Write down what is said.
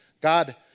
God